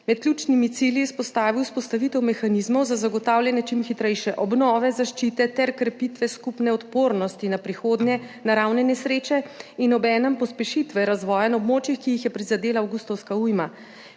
Med ključnimi cilji je izpostavil vzpostavitev mehanizmov za zagotavljanje čim hitrejše obnove, zaščite ter krepitve skupne odpornosti na prihodnje naravne nesreče in obenem pospešitve razvoja na območjih, ki jih je prizadela avgustovska ujma.